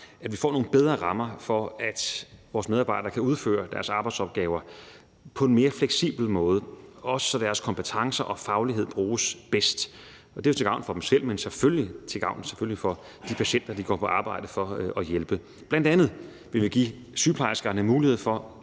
at vi får nogle bedre rammer for, at vores medarbejdere kan udføre deres arbejdsopgaver på en mere fleksibel måde, også så deres kompetencer og faglighed bruges bedst. Det er jo til gavn for dem selv, men selvfølgelig også for de patienter, de går på arbejde for at hjælpe. Bl.a. vil vi give sygeplejerskerne mulighed for